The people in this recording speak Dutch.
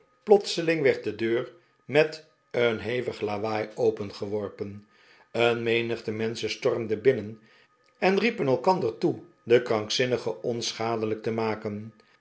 plotseling werd de deur met een hevig iawaai opengeworpen een menigte menschen stormden binnen en riepen elkander toe den krankzinnige onschadelijk te maken